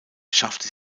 schaffte